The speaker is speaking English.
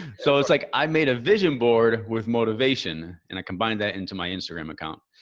so it was like, i made a vision board with motivation and i combined that into my instagram account.